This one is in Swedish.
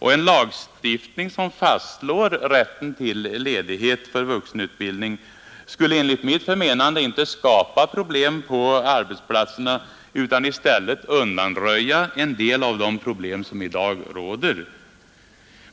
En lagstiftning som fastslår rätten till ledighet för vuxenutbildning skulle enligt mitt förmenande inte skapa problem på arbetsplatserna utan i stället undanröja en del av de problem som i dag finns.